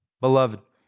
Beloved